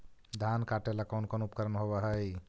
धान काटेला कौन कौन उपकरण होव हइ?